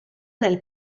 nel